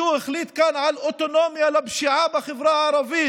מישהו החליט כאן על אוטונומיה בפשיעה בחברה הערבית.